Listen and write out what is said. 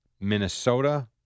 Minnesota